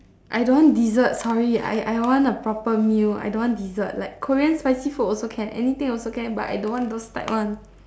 I don't want dessert sorry I I want a proper meal I don't want dessert like Korean spicy food also can anything also can but I don't want those type [one]